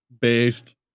based